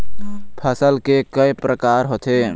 फसल के कय प्रकार होथे?